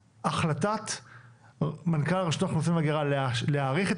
החלטת מנכ"ל רשות האוכלוסין וההגירה להאריך את